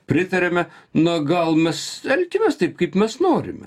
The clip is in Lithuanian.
pritariame na gal mes elkimės taip kaip mes norime